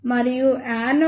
మరియు anode current 27